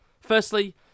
Firstly